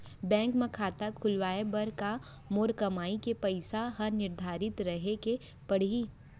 Bank म खाता खुलवाये बर का मोर कमाई के पइसा ह निर्धारित रहे के पड़ही?